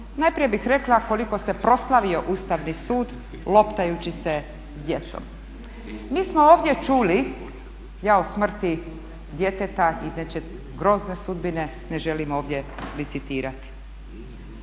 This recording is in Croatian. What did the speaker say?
Najprije bih rekla koliko se proslavio Ustavni sud loptajući se s djecom. Mi smo ovdje čuli, ja o smrti djeteta, inače grozne sudbine ne želim ovdje licitirati.